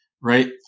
Right